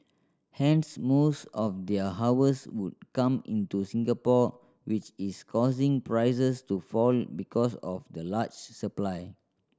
hence most of their harvest would come into Singapore which is causing prices to fall because of the large supply